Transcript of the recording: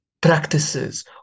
practices